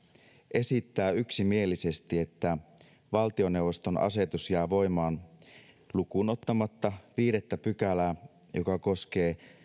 esittää yksimielisesti että valtioneuvoston asetus jää voimaan lukuun ottamatta viidettä pykälää joka koskee